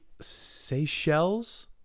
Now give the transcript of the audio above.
seychelles